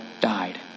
died